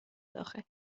داخل